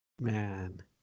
Man